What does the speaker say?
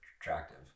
attractive